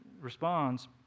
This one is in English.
responds